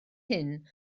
hyn